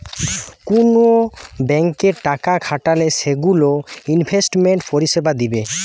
কুন ব্যাংকে টাকা খাটালে সেগুলো ইনভেস্টমেন্ট পরিষেবা দিবে